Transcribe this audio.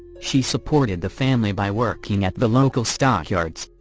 she supported the family by working at the local stockyards,